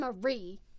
Marie